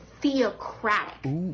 theocratic